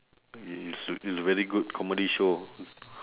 it's it's a very good comedy show